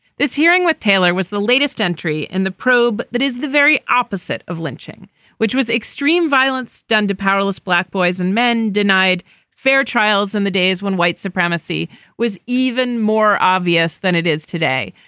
this hearing with taylor was the latest entry in the probe. that is the very opposite of lynching which was extreme violence done to powerless black boys and men denied fair trials in the days when white supremacy was even more obvious than it is today.